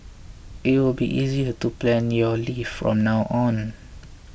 it will be easier to plan your leave from now on